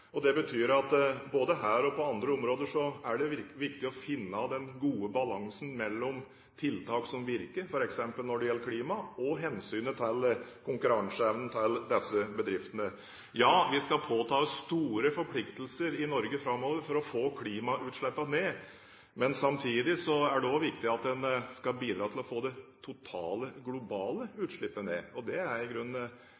Det betyr at både her og på andre områder er det viktig å finne den gode balansen mellom tiltak som virker, f.eks. når det gjelder klima, og hensynet til konkurranseevnen til disse bedriftene. Ja, vi skal påta oss store forpliktelser i Norge framover for å få klimautslippene ned, men samtidig er det også viktig at en skal bidra til å få det totale globale